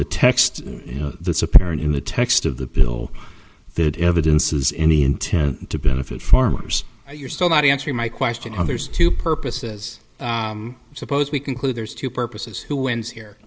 the text you know that's apparent in the text of the bill that evidences any intent to benefit farmers you're still not answering my question on there's two purposes suppose we conclude there's two purposes who wins here